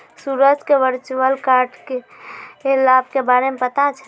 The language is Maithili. सूरज क वर्चुअल कार्ड क लाभ के बारे मे पता छै